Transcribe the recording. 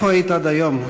איפה היית עד היום?